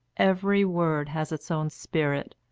every word has its own spirit,